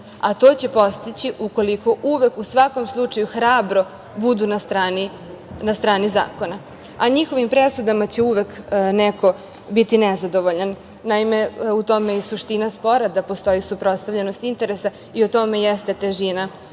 To će postići ukoliko uvek, u svakom slučaju hrabro budu na strani zakona, a njihovim presudama će uvek neko biti nezadovoljan. Naime, u tome je i suština spora, da postoji suprostavljenost interesa i u tome jeste težina